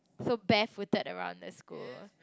so barefooted around the school